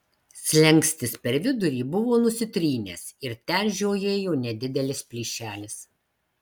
slenkstis per vidurį buvo nusitrynęs ir ten žiojėjo nedidelis plyšelis